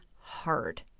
hard